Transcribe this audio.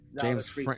James